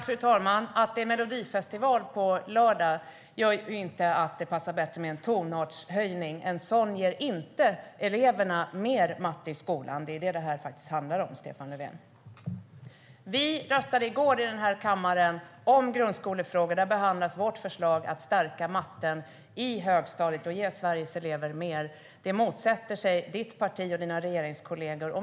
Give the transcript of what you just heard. Fru talman! Att det är melodifestival på lördag gör ju inte att det passar bättre med en tonartshöjning. En sådan ger inte eleverna mer matte i skolan. Det är det detta faktiskt handlar om, Stefan Löfven. Vi röstade i går i den här kammaren om grundskolefrågor. Då behandlades vårt förslag om att stärka matten i högstadiet och ge Sveriges elever mer. Det motsatte sig ditt parti och dina regeringskollegor.